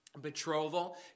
Betrothal